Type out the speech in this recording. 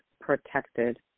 protected